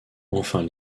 enfin